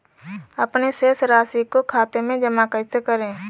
अपने शेष राशि को खाते में जमा कैसे करें?